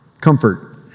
Comfort